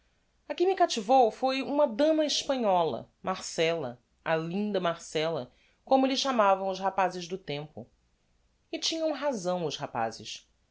a que me captivou foi uma dama hespanhola marcella a linda marcella como lhe chamavam os rapazes do tempo e tinham razão os rapazes